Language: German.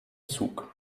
zug